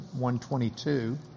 122